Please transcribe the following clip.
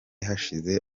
hashize